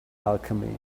alchemy